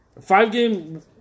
Five-game